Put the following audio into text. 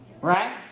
Right